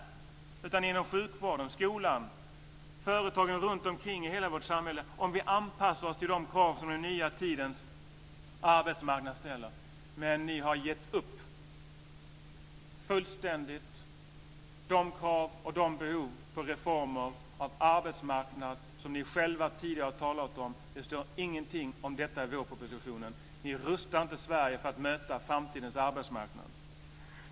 Det skulle ske inom sjukvården, skolan och företagen i hela vårt samhälle om vi anpassar oss till de krav som den nya tidens arbetsmarknad ställer. Men ni har fullständigt gett upp när det gäller de krav och de behov av reformer av arbetsmarknaden som ni själva tidigare har talat om. Det står ingenting om detta i vårpropositionen. Ni rustar inte Sverige för att möta framtidens arbetsmarknad.